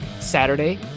saturday